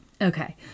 Okay